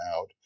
out